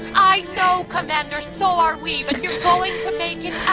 i know commander, so are we, but you're going to make yeah